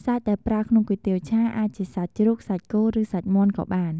សាច់ដែលប្រើក្នុងគុយទាវឆា អាចជាសាច់ជ្រូក សាច់គោ ឬសាច់មាន់ក៏បាន។